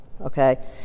okay